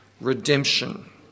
redemption